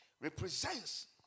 represents